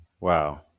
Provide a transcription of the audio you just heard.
Wow